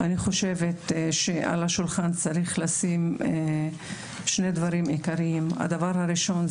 אני חושבת שצריך לשים על השולחן שני דברים עיקריים: הראשון,